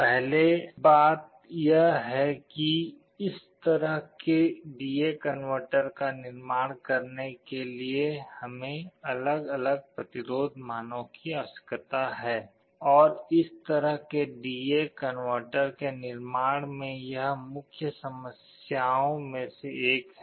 पहली बात यह है कि इस तरह के डी ए कनवर्टर का निर्माण करने के लिए हमें अलग अलग प्रतिरोध मानों की आवश्यकता है और इस तरह के डी ए कनवर्टर के निर्माण में यह मुख्य समस्याओं में से एक है